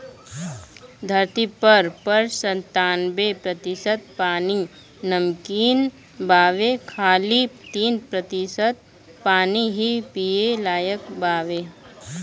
धरती पर पर संतानबे प्रतिशत पानी नमकीन बावे खाली तीन प्रतिशत पानी ही पिए लायक बावे